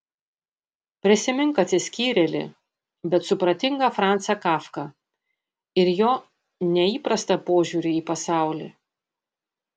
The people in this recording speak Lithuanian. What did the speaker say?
prisimink atsiskyrėlį bet supratingą francą kafką ir jo neįprastą požiūrį į pasaulį